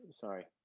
Sorry